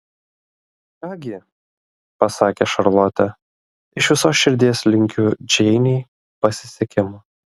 ką gi pasakė šarlotė iš visos širdies linkiu džeinei pasisekimo